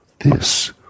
This